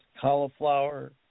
cauliflower